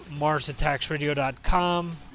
marsattacksradio.com